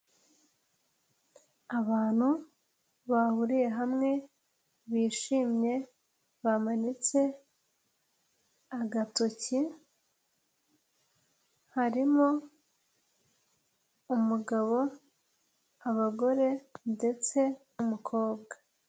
Abantu bahuriye hamwe bishimye bamanitse agatoki, harimo umugabo, abagore ndetse n'umukobwa.